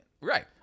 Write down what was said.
Right